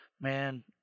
man